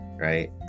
right